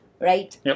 Right